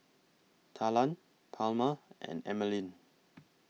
Talan Palma and Emeline